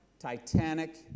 titanic